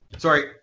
Sorry